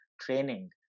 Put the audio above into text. training